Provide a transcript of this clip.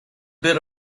bit